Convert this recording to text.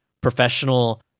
professional